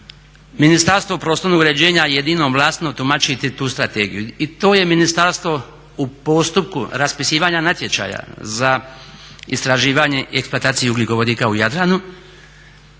Ministarstvo prostornog uređenja jedinom ovlašteno tumačiti tu strategiju. I to je ministarstvo u postupku raspisivanja natječaja za istraživanje i eksploataciju ugljikovodika u Jadranu